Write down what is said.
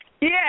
Yes